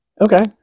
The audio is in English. Okay